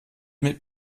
mit